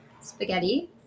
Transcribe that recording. spaghetti